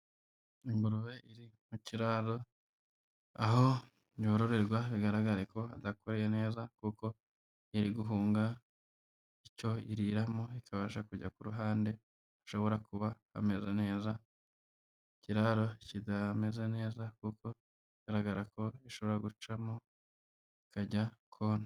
Ingurube iri mu kiraro aho yororerwa bigaragare ko hadakoreye neza, kuko iri guhunga icyo iriramo ikabasha kujya ku ruhande hashobora kuba hameze neza, ikiraro kitameze neza kuko bigaragara ko ishobora gucamo ikajya kona.